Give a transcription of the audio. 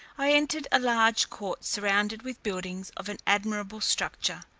i entered a large court surrounded with buildings of an admirable structure,